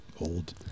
old